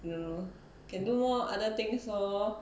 you know can do more other things lor